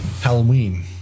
Halloween